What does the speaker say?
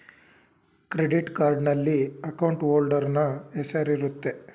credit ಕಾರ್ಡ್ನಲ್ಲಿ account holder ನ ಹೆಸರಿರುತ್ತೆ